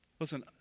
Listen